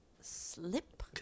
slip